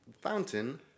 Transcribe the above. Fountain